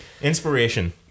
inspiration